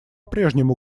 прежнему